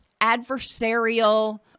adversarial